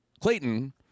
Clayton